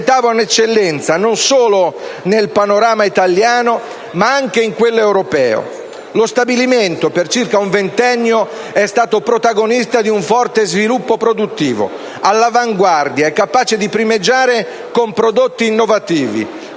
rappresentava un'eccellenza non solo nel panorama italiano, ma anche in quello europeo. Lo stabilimento, per circa un ventennio, è stato protagonista di un forte sviluppo produttivo, all'avanguardia e capace di primeggiare con prodotti innovativi